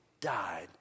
died